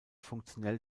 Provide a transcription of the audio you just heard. funktionell